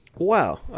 Wow